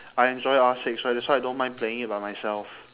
I enjoy R six so I so I don't mind playing it by myself